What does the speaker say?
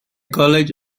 college